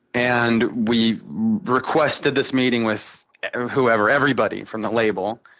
and we requested this meeting with whoever, everybody from the label.